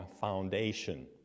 foundation